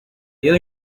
iyo